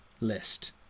list